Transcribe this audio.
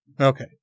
Okay